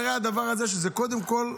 הדבר הזה רק מראה שזה קודם כול,